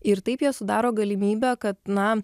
ir taip jie sudaro galimybę kad na